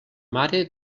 mare